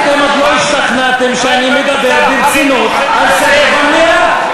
אתם עוד לא השתכנעתם שאני מדבר ברצינות על סדר במליאה.